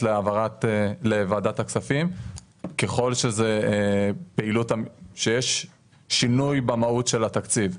לוועדת הכספים ככל שיש שינוי במהות של התקציב.